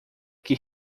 que